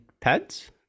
pads